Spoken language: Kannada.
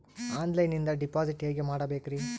ಆನ್ಲೈನಿಂದ ಡಿಪಾಸಿಟ್ ಹೇಗೆ ಮಾಡಬೇಕ್ರಿ?